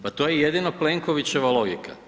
Pa to je jedino Plenkovićeva logika.